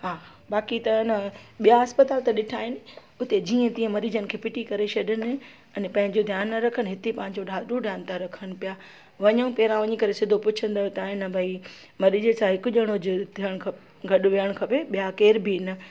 हा बाक़ी त न ॿिया अस्पताल ॾिठा आहिनि उते जीअं तीअं मरीज़नि खे फ़िटी करे छॾनि अने पंहिंजो ध्यानु न रखनि हिते पंहिंजो ॾाढो ध्यानु था रखनि पिया वञू पहिरियां वञी करे सॼो पुछंदव तव्हां न भई मरीज़ सां हिकु ॼणो ज़रूरु थियणु खपे गॾु विहणु खपे ॿिया केरु बि न